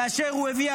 כאשר הוא הביא,